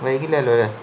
വൈകില്ലല്ലോല്ലേ